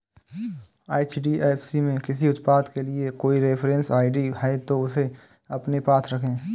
HDFC में किसी उत्पाद के लिए कोई रेफरेंस आई.डी है, तो उसे अपने पास रखें